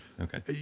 Okay